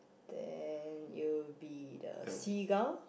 then it'll be the seagull